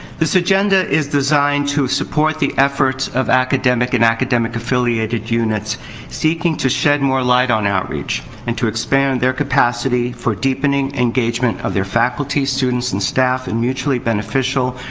this agenda is designed to support the efforts of academic and academic affiliated units seeking to shed more light on outreach and to expand their capacity for deepening engagement of their faculty, students, and staff in mutually beneficial,